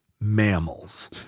Mammals